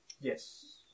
Yes